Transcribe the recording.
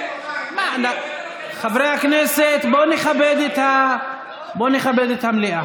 חברי הכנסת, בואו נכבד את המליאה.